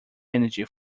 energy